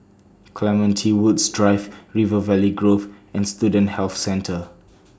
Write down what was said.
Clementi Woods Drive River Valley Grove and Student Health Centre